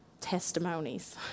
testimonies